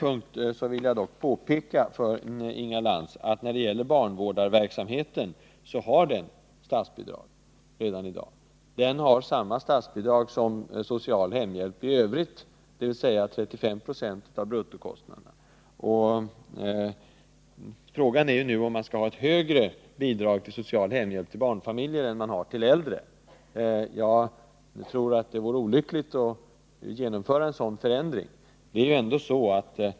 Jag vill dock påpeka för Inga Lantz att barnvårdarverksamheten har statsbidrag redan i dag. Den har samma statsbidrag som social hemhjälp i övrigt, dvs. 35 96 av bruttokostnaderna. Frågan är nu om man skall ha ett högre bidrag till social hemhjälp till barnfamiljer än man har till äldre. Jag tror att det vore olyckligt att genomföra en sådan förändring.